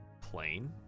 plane